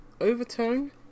Overtone